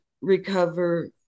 recover